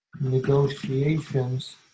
negotiations